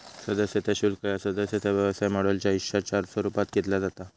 सदस्यता शुल्क ह्या सदस्यता व्यवसाय मॉडेलच्या हिश्शाच्या स्वरूपात घेतला जाता